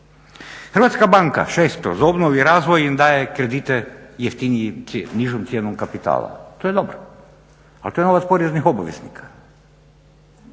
Hrvatska banka često za obnovu i razvoj im daje kredite jeftinije, s nižom cijenom kapitala, to je dobro, ali to je novac poreznih obveznika.